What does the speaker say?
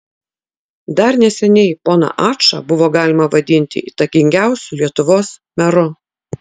dar neseniai poną ačą buvo galima vadinti įtakingiausiu lietuvos meru